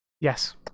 Yes